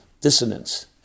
dissonance